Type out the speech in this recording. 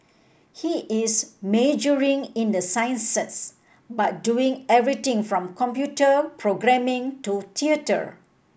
he is majoring in the sciences but doing everything from computer programming to theatre